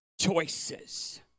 choices